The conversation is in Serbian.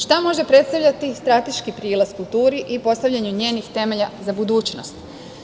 Šta može predstavljati strateški prilaz kulturi i postavljanje njenih temelja za budućnost?